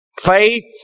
Faith